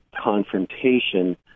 confrontation